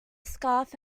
scarf